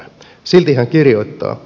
silti hän kirjoittaa